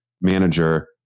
manager